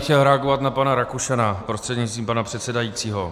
Chtěl bych reagovat na pana Rakušana prostřednictvím pana předsedajícího.